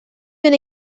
been